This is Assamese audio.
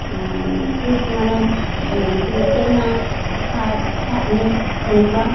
ঠিক মানে টেঙা খাৰ ছাটনি এনেকুৱা